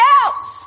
else